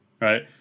Right